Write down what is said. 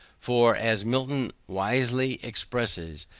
for, as milton wisely expresses,